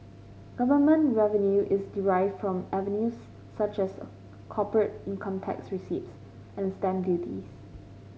government revenue is derived from avenues such as corporate income tax receipts and stamp duties